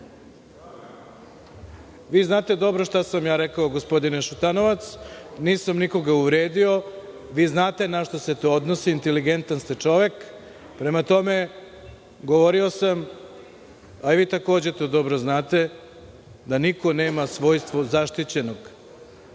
kažete. Znate dobro šta sam ja rekao, gospodine Šutanovac, nisam nikoga uvredio. Znate na šta se to odnosi, inteligentan ste čovek. Prema tome, govorio sam, a i vi takođe to dobro znate, da niko nema svojstvo zaštićenog. Molim